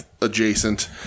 adjacent